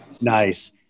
Nice